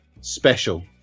special